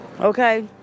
Okay